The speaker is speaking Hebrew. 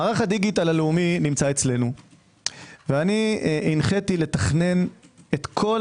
מערך הדיגיטל הלאומי נמצא אצלנו ואני הנחיתי לתכנן את כל